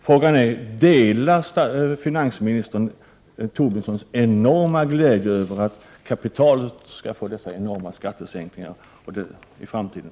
Delar finansministern Lars Tobissons stora glädje över att kapitalet skall få dessa enorma skattesänkningar i framtiden?